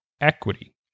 equity